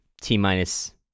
T-minus